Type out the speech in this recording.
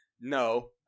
no